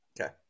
Okay